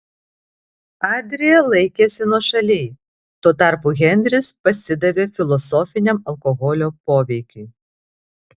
adrija laikėsi nuošaliai tuo tarpu henris pasidavė filosofiniam alkoholio poveikiui